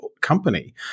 company